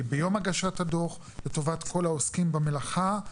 ביום הגשת הדו"ח לטובת כל העוסקים במלאכה,